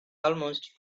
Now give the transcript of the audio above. almost